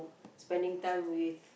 spending time with